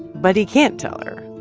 but he can't tell her.